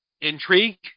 intrigue